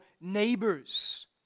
neighbors